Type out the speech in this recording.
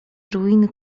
ruiny